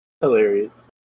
Hilarious